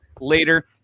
later